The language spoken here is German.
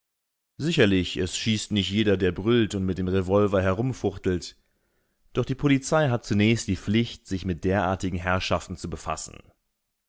sicherlich es schießt nicht jeder der brüllt und mit dem revolver herumfuchtelt doch die polizei hat zunächst die pflicht sich mit derartigen herrschaften zu befassen